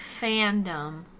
fandom